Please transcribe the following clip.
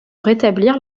rétablir